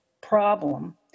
problem